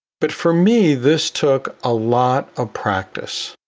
but for me, this took a lot of practice.